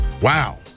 wow